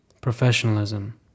professionalism